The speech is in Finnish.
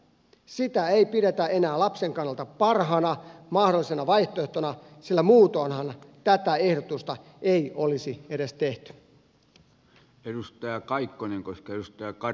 sitä ei pidetä enää lapsen kannalta parhaana mahdollisena vaihtoehtona sillä muutoinhan tätä ehdotusta ei olisi edes tehty